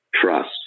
trust